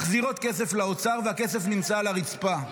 מחזירות כסף לאוצר, והכסף נמצא על הרצפה.